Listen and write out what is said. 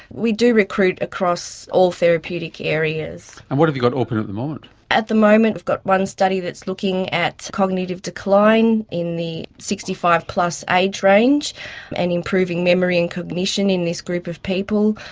we do recruit across all therapeutic areas. and what have you got open at the moment? at the moment we've got one study that's looking at cognitive decline in the sixty five plus age range and improving memory and cognition in this group of people.